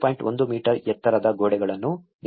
1 metre ಎತ್ತರದ ಗೋಡೆಗಳನ್ನು ನಿರ್ಮಿಸಲಾಗಿದೆ